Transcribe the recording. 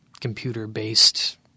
computer-based